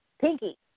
Pinky